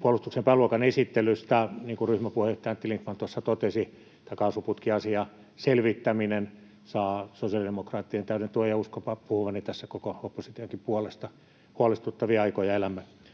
puolustuksen pääluokan esittelystä. Niin kuin ryhmäpuheenjohtaja Antti Lindtman tuossa totesi, tämän kaasuputkiasian selvittäminen saa sosiaalidemokraattien täyden tuen, ja uskonpa puhuvani tässä koko oppositionkin puolesta. Huolestuttavia aikoja elämme.